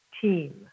team